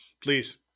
Please